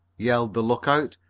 yelled the lookout.